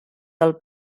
del